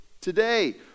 today